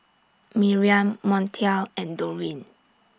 Miriam Montel and Dorine